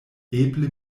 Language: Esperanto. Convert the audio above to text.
eble